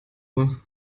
uhr